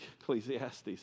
Ecclesiastes